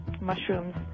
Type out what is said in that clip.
mushrooms